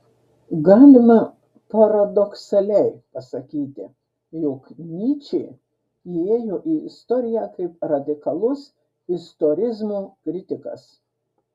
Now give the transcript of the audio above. galima paradoksaliai pasakyti jog nyčė įėjo į istoriją kaip radikalus istorizmo kritikas